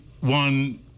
one